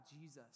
Jesus